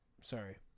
sorry